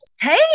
Hey